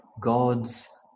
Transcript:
God's